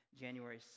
January